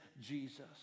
Jesus